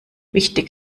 wichtig